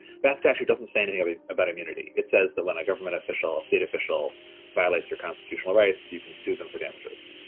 that statute doesn't say anything i mean about immunity it says that when a government official, a state official violates their constitutional rights you can sue them for damages.